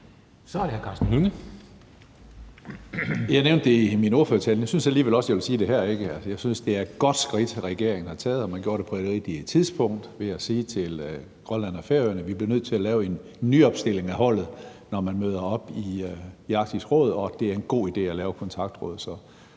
Kl. 21:45 Karsten Hønge (SF): Jeg nævnte det i min ordførertale, men nu synes jeg alligevel også, at jeg vil sige det her. Altså, jeg synes, det er et godt skridt, regeringen har taget – og man gjorde det på det rigtige tidspunkt – at sige til Grønland og Færøerne, at vi bliver nødt til at lave en nyopstilling af holdet, når man møder op i Arktisk Råd. Og det er en god idé at lave kontaktrådet.